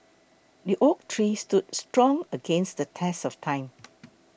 the oak tree stood strong against the test of time